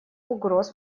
угроз